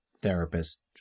therapist